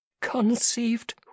conceived